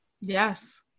Yes